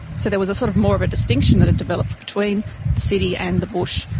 so there was sort of more of a distinction that had developed between the city and the bush,